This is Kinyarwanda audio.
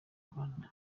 rwanda